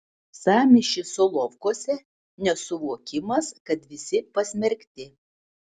sąmyšis solovkuose nesuvokimas kad visi pasmerkti